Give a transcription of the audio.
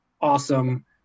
awesome